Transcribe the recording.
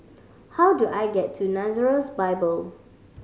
how do I get to Nazareth Bible